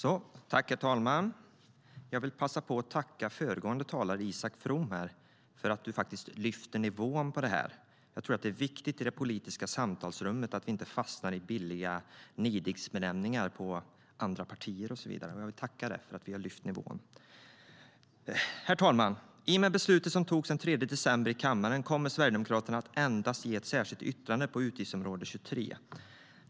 Herr talman! Jag vill passa på att tacka föregående talare Isak From för att han lyfter nivån på det här. Jag tror att det är viktigt i det politiska samtalsrummet att vi inte fastnar i billiga nidbenämningar på andra partier. Jag vill tacka dig, Isak From, för att du har lyft nivån. Herr talman! I och med beslutet som togs i kammaren den 3 december kommer Sverigedemokraterna att endast avge ett särskilt yttrande på utgiftsområde 23.